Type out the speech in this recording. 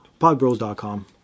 Podbros.com